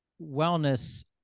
wellness